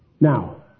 Now